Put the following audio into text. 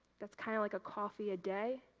that's kind of like a coffee a day,